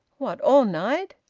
what? all night?